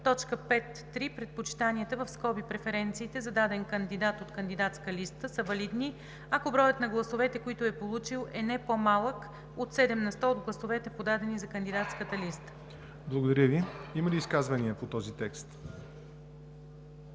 така: „5.3. Предпочитанията (преференциите) за даден кандидат от кандидатска листа са валидни, ако броят на гласовете, които е получил, е не по-малък от 7 на сто от гласовете, подадени за кандидатската листа.“ ПРЕДСЕДАТЕЛ ЯВОР НОТЕВ: Има ли изказвания по този текст?